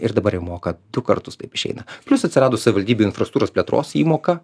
ir dabar jau moka du kartus taip išeina plius atsirado savivaldybių infrastruktūros plėtros įmoka